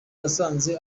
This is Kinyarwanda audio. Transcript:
nasanze